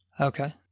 Okay